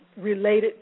related